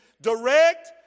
direct